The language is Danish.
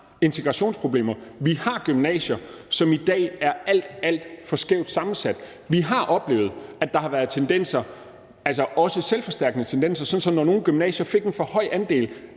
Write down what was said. integrationsproblemer, at vi har gymnasier, som i dag er alt, alt for skævt sammensat. Vi har oplevet, at der har været tendenser – også selvforstærkende tendenser – sådan at når nogle gymnasier fik en for høj andel